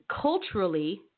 culturally